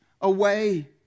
away